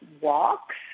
walks